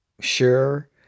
Sure